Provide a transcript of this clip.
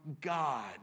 God